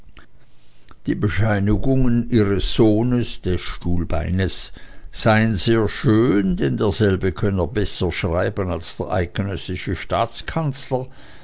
die bescheinigungen ihres sohnes des stuhlbeines seien sehr schön denn derselbe könne besser schreiben als der eidgenössische staatskanzler